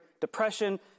depression